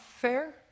fair